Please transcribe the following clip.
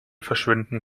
verschwinden